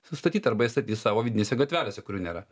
sustatyt arba jie statys savo vidinėse gatvelėse kurių nėra